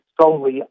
solely